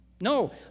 No